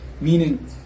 Meaning